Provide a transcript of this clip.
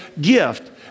gift